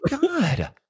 God